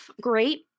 great